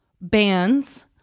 bands